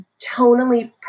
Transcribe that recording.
tonally